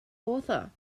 author